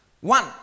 One